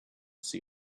see